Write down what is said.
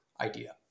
idea